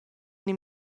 ina